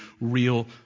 real